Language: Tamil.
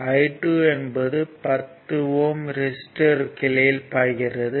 I2 என்பது 10 ஓம் ரெசிஸ்டர் கிளையில் பாய்கிறது